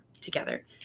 together